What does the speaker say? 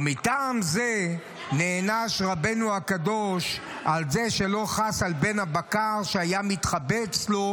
ומטעם זה נענש רבנו הקדוש על זה שלא חס על בן הבקר שהיה מתחבא אצלו,